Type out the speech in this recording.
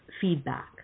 feedback